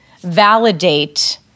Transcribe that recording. validate